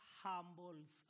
Humbles